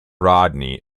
rodney